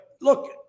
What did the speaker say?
look